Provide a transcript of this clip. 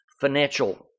financial